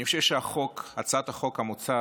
אני חושב שהצעת החוק המוצעת